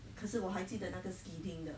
可是我还记得那个 skidding 的